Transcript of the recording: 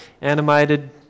animated